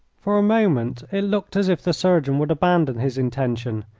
for a moment it looked as if the surgeon would abandon his intention,